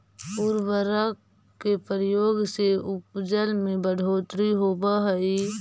उर्वरक के प्रयोग से उपज में बढ़ोत्तरी होवऽ हई